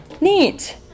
Neat